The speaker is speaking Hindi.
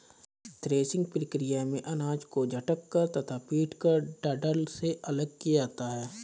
थ्रेसिंग प्रक्रिया में अनाज को झटक कर तथा पीटकर डंठल से अलग किया जाता है